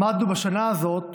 למדנו בשנה הזאת